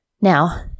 Now